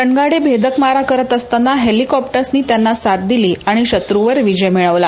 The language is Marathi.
रणगाडे भेदक मारे करत असताना हेलिकॉप्टर्सनी त्यांना साथ दिली आणि शत्रवर विजय मिळवला